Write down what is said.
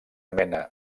mena